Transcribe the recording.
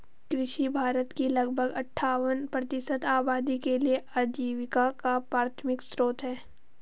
कृषि भारत की लगभग अट्ठावन प्रतिशत आबादी के लिए आजीविका का प्राथमिक स्रोत है